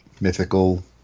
mythical